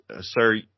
sir